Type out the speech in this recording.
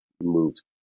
moved